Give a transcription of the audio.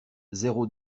zéro